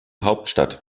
hauptstadt